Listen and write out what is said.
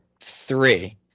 three